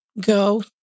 go